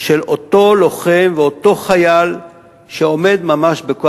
של אותו לוחם ואותו חייל שעומד ממש בקו